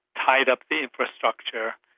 tied up the infrastructure,